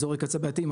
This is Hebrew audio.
אזורי קצה בעיתיים,